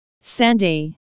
Sandy